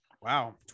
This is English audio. wow